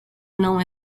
known